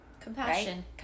Compassion